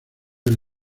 del